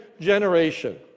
generation